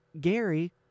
Gary